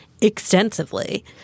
extensively